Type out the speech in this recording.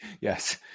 Yes